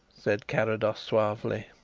said carrados suavely.